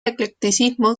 eclecticismo